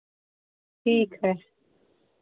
ठीक है